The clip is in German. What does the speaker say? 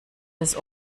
des